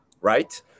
right